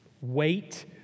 Wait